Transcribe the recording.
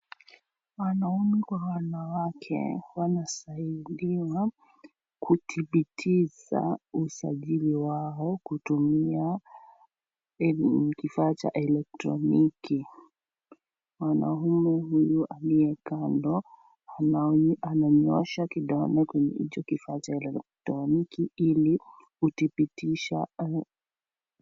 Wanaume kwa wanawake wanasailiwa kuthibitisha usajili wao kutumia kifaa cha elektroniki mwanaume huyu aliye kando ananyosha kidole kwenye hicho kifaa cha elektroniki ilikuthibitisha.